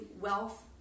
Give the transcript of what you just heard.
wealth